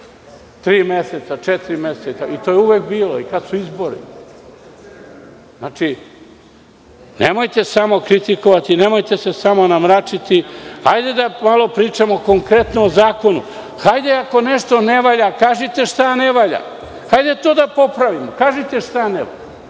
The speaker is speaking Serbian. Tri meseca, četiri meseca, to je uvek bilo, i kad su izbori. Znači, nemojte samo kritikovati, nemojte se samo namračiti. Hajde da pričamo konkretno o zakonu. Hajde ako nešto ne valja, kažite šta ne valja. Hajde to da popravimo. Kažite šta ne valja.